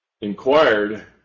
inquired